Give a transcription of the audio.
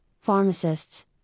pharmacists